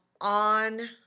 on